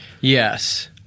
Yes